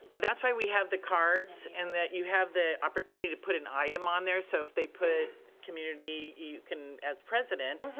that's why we have the cards and that you have the opportunity to put an item on there so if they put community, you can as president,